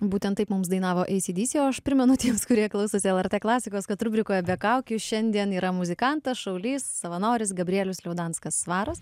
būtent taip mums dainavo acdc o aš primenu tiems kurie klausosi lrt klasikos kad rubrikoje be kaukių šiandien yra muzikantas šaulys savanoris gabrielius liaudanskas svaras